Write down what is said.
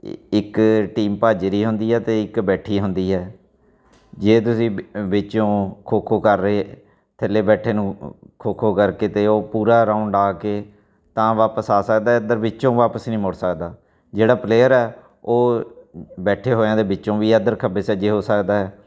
ਇ ਇੱਕ ਟੀਮ ਭੱਜ ਰਹੀ ਹੁੰਦੀ ਆ ਅਤੇ ਇੱਕ ਬੈਠੀ ਹੁੰਦੀ ਆ ਜੇ ਤੁਸੀਂ ਵਿ ਵਿੱਚੋਂ ਖੋ ਖੋ ਕਰ ਰਹੇ ਥੱਲੇ ਬੈਠੇ ਨੂੰ ਖੋ ਖੋ ਕਰਕੇ ਅਤੇ ਉਹ ਪੂਰਾ ਰਾਊਂਡ ਲਾ ਕੇ ਤਾਂ ਵਾਪਸ ਆ ਸਕਦਾ ਇੱਧਰ ਵਿੱਚੋਂ ਵਾਪਸ ਨਹੀਂ ਮੁੜ ਸਕਦਾ ਜਿਹੜਾ ਪਲੇਅਰ ਆ ਉਹ ਬੈਠੇ ਹੋਇਆਂ ਦੇ ਵਿੱਚੋਂ ਵੀ ਇੱਧਰ ਖੱਬੇ ਸੱਜੇ ਹੋ ਸਕਦਾ ਹੈ